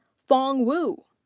fang wu.